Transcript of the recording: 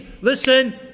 listen